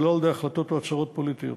ולא על-ידי החלטות או הצהרות פוליטיות.